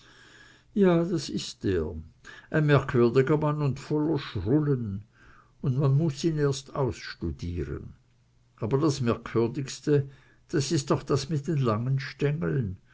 ja das ist er ein merkwürdiger mann und voller schrullen und man muß ihn erst ausstudieren aber das merkwürdigste das ist doch das mit den langen stengeln